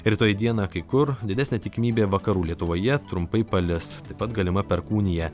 rytoj dieną kai kur didesnė tikimybė vakarų lietuvoje trumpai palis taip pat galima perkūnija